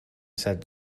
said